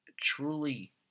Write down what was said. truly